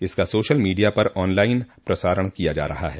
इसका social media पर online प्रसारण किया जा रहा है